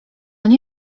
nie